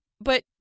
but-